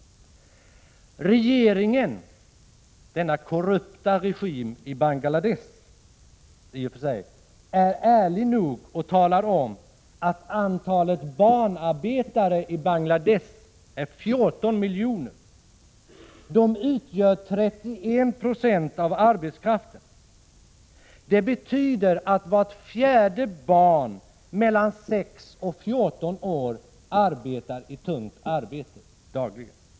Regeringen i den korrupta regimen i Bangladesh är ärlig och talar om att antalet barnarbetare i landet uppgår till 14 miljoner. De utgör 31 96 av arbetskraften. Det betyder att vart fjärde barn mellan 6 och 14 år arbetar i tungt arbete dagligen.